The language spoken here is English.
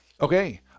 Okay